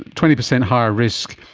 twenty percent higher risk,